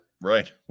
right